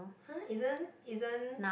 !huh! isn't isn't